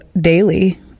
daily